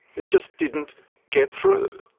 it just didn't get through.